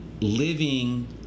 living